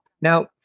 now